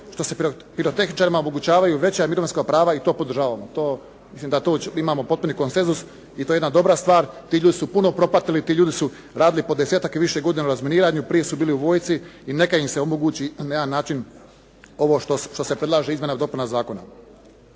što se pirotehničarima omogućavaju mirovinska prava i to podržavamo. Mislim da za to imamo potpuni konsenzus i to je jedna dobra stvar. Ti ljudi su puno propatili. Ti ljudi su radili pod desetak i više godina u razminiranju. Prije su bili u vojsci i neka ima se omogući na jedan način ovo što se predlaže izmjenama i dopunama zakona.